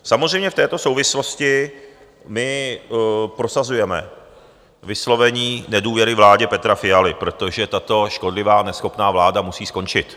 Samozřejmě v této souvislosti my prosazujeme vyslovení nedůvěry vládě Petra Fialy, protože tato škodlivá a neschopná vláda musí skončit.